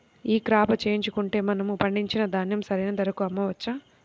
ఈ క్రాప చేయించుకుంటే మనము పండించిన ధాన్యం సరైన ధరకు అమ్మవచ్చా?